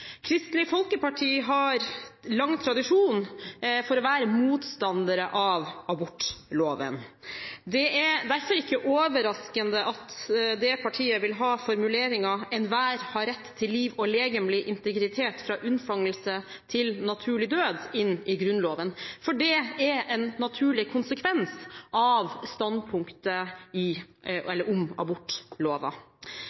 Kristelig Folkeparti har lang tradisjon for å være motstander av abortloven. Det er derfor ikke overraskende at det partiet vil ha formuleringen «Enhver har Ret til Liv og legemlig Integritet fra Undfangelse til naturlig Død» inn i Grunnloven, for det er en naturlig konsekvens av standpunktet